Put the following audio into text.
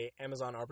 Amazon